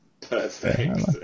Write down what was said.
Perfect